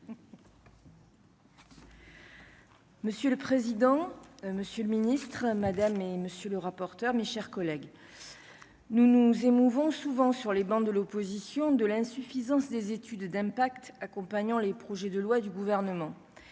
Monsieur le président, Monsieur le Ministre, madame et monsieur le rapporteur, mes chers collègues, nous nous émouvant, souvent sur les bancs de l'opposition de l'insuffisance des études d'impact accompagnant les projets de loi du gouvernement